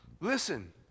Listen